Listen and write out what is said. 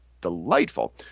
delightful